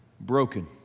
broken